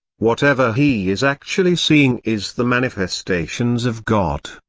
whatever he is actually seeing is the manifestations of god.